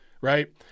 right